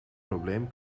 probleem